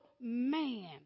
man